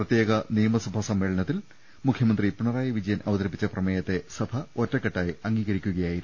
പ്രത്യേക നിയ മസഭാ സമ്മേളനത്തിൽ മുഖ്യമന്ത്രി പിണറായി വിജയൻ അവതരിപ്പിച്ച പ്രമേ യത്തെ സഭ ഒറ്റക്കെട്ടായി അംഗീകരിക്കുകയായിരുന്നു